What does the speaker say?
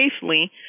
safely